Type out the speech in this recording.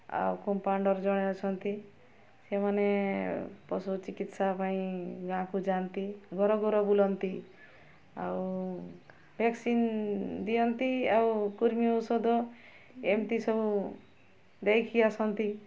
ଆଉ କମ୍ପାଉଣ୍ଡର୍ ଜଣେ ଅଛନ୍ତି ସେମାନେ ପଶୁଚିକିତ୍ସା ପାଇଁ ଗାଁକୁ ଯାଆନ୍ତି ଘର ଘର ବୁଲନ୍ତି ଆଉ ଭ୍ୟାକ୍ସିନ୍ ଦିଅନ୍ତି ଆଉ କୃର୍ମି ଔଷଧ ଏମିତି ସବୁ ଦେଇକି ଆସନ୍ତି